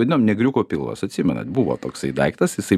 vadinom negriuko pilvas atsimenat buvo toksai daiktas jisai